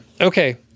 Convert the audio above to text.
okay